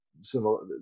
similar